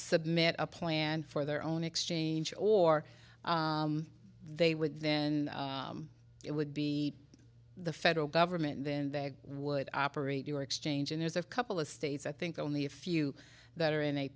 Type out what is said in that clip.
submit a plan for their own exchange or they would then it would be the federal government then they would operate your exchange and there's a couple of states i think only a few that are in a